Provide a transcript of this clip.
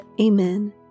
Amen